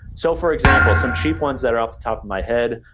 so for example, some cheap ones that are off the top of my head,